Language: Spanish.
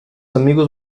amigos